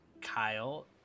kyle